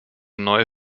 neue